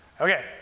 Okay